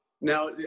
Now